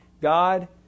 God